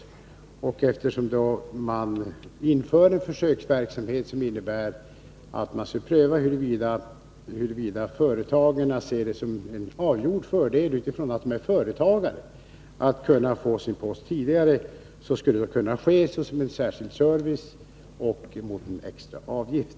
Postverket startar nu en försöksverksamhet, som innebär att man kan pröva huruvida företagarna ser det som en avgjord fördel att kunna få sin post utburen tidigare. Det skulle då kunna ske som en särskild service, mot en extra avgift.